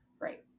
Right